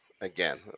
again